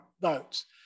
votes